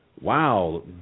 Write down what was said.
Wow